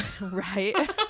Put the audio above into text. Right